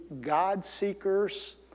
God-seekers